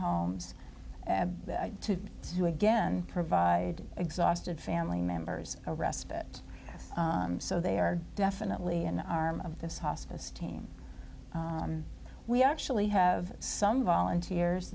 homes to see you again provide exhausted family members or respite so they are definitely an arm of this hospice team we actually have some volunteers